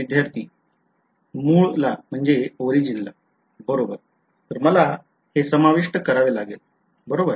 विध्यार्थी मूळला मूळला तर मला ते समाविष्ट करावे लागेल बरोबर